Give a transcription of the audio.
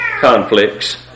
conflicts